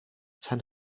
ten